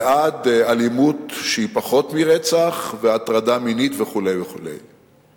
ועד אלימות שהיא פחות מרצח והטרדה מינית וכו' וכו'.